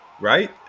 Right